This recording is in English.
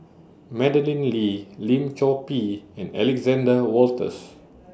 Madeleine Lee Lim Chor Pee and Alexander Wolters